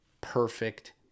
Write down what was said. perfect